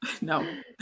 No